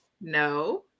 No